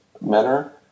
manner